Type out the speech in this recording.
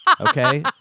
Okay